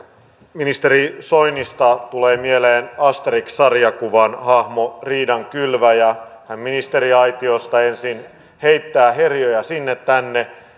ministeri soinista tulee mieleen asterix sarjakuvan hahmo riidankylväjä hän ministeriaitiosta ensin heittää herjoja sinne tänne